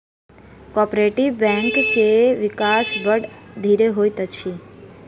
cooperative बैंकक विकास बड़ धीरे होइत अछि